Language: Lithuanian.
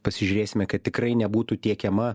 pasižiūrėsime kad tikrai nebūtų tiekiama